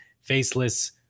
Faceless